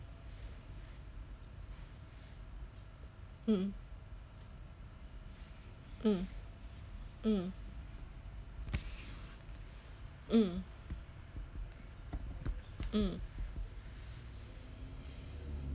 mm mm mm mm mm